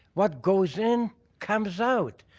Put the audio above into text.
what goes in comes out.